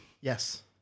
Yes